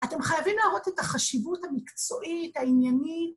‫אתם חייבים להראות ‫את החשיבות המקצועית, העניינית.